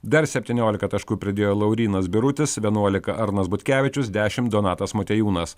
dar septyniolika taškų pridėjo laurynas birutis vienuolika arnas butkevičius dešim donatas motiejūnas